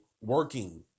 working